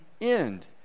end